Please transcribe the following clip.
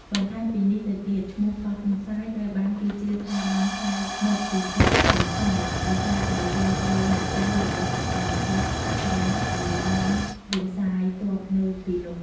បន្ថែមពីនេះទៅទៀតឈ្មោះ "កោះទន្សាយ" ត្រូវបានគេជឿថាបានក្លាយមកពីពាក្យ "រំសាយ" ដោយសារតែរឿងព្រេងនិទានរបស់ព្រះអង្គម្ចាស់សកររាជដែលបានរំសាយទ័ពនៅទីនោះ។